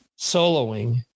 soloing